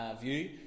view